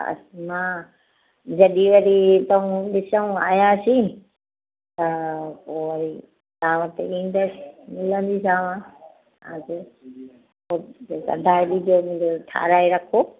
अस मां जॾहिं वरी हितउं हितउं आयासीं त पोइ वरी तव्हां वटि ईंदसि मिलंदीसाव तव्हांखे पोइ कढाए ॾिजो मुंहिंजो ठहाराइ रखो